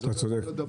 אתה צודק.